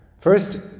First